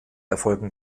erfolgen